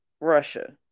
Russia